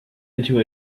into